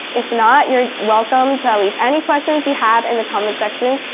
if not, you're welcome to leave any questions you have in the comments section,